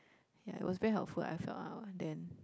ya it was very helpful I felt out ah then